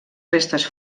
restes